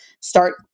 start